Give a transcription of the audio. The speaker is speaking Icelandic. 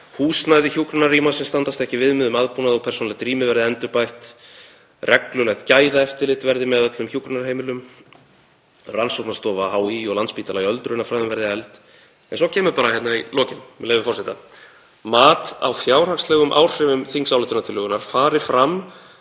húsnæði hjúkrunarrýma sem standast ekki viðmið um aðbúnað og persónulegt rými verði endurbætt, reglulegt gæðaeftirlit verði með öllum hjúkrunarheimilum, rannsóknastofa HÍ og Landspítala í öldrunarfræðum verði efld. En svo kemur bara hérna í lokin, með leyfi forseta: „Mat á fjárhagslegum áhrifum þingsályktunartillögunnar fari fram